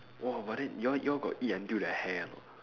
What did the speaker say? !wah! but then you all you all got eat until the hair or not